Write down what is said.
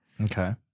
Okay